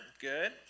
good